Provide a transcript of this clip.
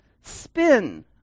spin